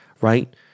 right